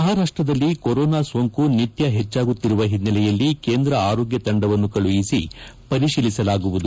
ಮಹಾರಾಷ್ಟದಲ್ಲಿ ಕೊರೋನಾ ಸೋಂಕು ನಿತ್ಯ ಹೆಚ್ಚಾಗುತ್ತಿರುವ ಹಿನ್ನೆಲೆಯಲ್ಲಿ ಕೇಂದ್ರ ಆರೋಗ್ಯ ತಂಡವನ್ನು ಕಳುಹಿಸಿ ಪರಿಶೀಲಿಸಲಾಗುವುದು